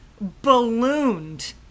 ballooned